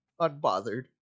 unbothered